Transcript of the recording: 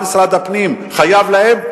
או מה שמשרד הפנים חייב להם,